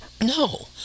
no